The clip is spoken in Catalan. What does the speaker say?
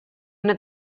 una